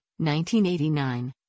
1989